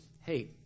Hey